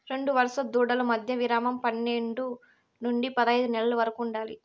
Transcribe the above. రెండు వరుస దూడల మధ్య విరామం పన్నేడు నుండి పదైదు నెలల వరకు ఉండాలి